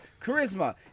charisma